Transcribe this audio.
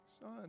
Son